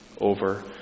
Over